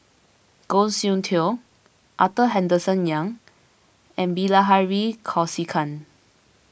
Goh Soon Tioe Arthur Henderson Young and Bilahari Kausikan